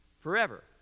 Forever